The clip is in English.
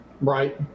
Right